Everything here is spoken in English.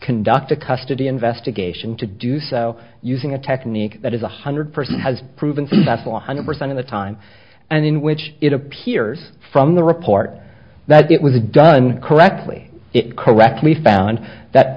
conduct a custody investigation to do so using a technique that is one hundred percent has proven that's one hundred percent of the time and in which it appears from the report that it was a done correctly it correctly found that